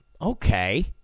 okay